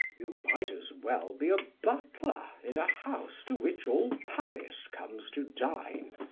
you might as well be a butler in a house to which all paris comes to dine.